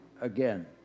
again